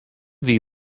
wie